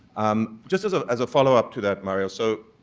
um just as ah as a follow-up to that, mario. so,